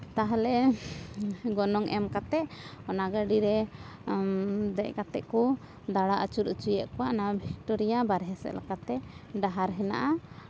ᱛᱟᱦᱚᱞᱮ ᱜᱚᱱᱚᱝ ᱮᱢ ᱠᱟᱛᱮ ᱚᱱᱟ ᱜᱟᱹᱰᱤᱨᱮ ᱫᱮᱡ ᱠᱟᱛᱮ ᱠᱚ ᱫᱟᱬᱟ ᱟᱹᱪᱩᱨ ᱦᱚᱪᱚᱭᱮᱜ ᱠᱚᱣᱟ ᱱᱚᱣᱟ ᱵᱷᱤᱠᱴᱳᱨᱤᱭᱟ ᱵᱟᱦᱨᱮ ᱥᱮᱫ ᱞᱮᱠᱟᱛᱮ ᱰᱟᱦᱟᱨ ᱦᱮᱱᱟᱜᱼᱟ